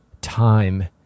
time